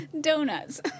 Donuts